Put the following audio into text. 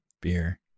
beer